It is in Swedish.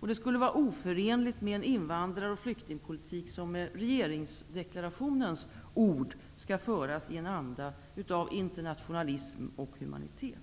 Det skulle vara oförenligt med en invandrar och flyktingpolitik som, med regeringsdeklarationens ord, skall föras i en anda av internationalism och humanitet.